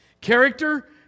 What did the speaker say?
Character